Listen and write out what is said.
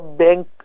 bank